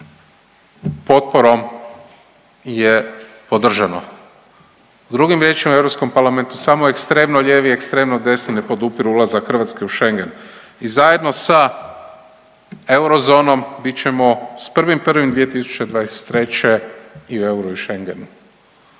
potporom je podržano. Drugim riječima u Europskom parlamentu samo ekstremno lijevi i ekstremno desni ne podupiru ulazak Hrvatske u Schengen i zajedno sa eurozonom bit ćemo s 1.1.2023. i u euro i u Schengenu.